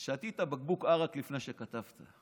שתית בקבוק ערק לפני שכתבת.